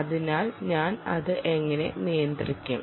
അതിനാൽ ഞാൻ അത് എങ്ങനെ നിയന്ത്രിക്കും